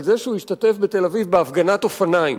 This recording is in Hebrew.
על זה שהוא השתתף בתל-אביב בהפגנת אופניים,